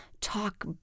talk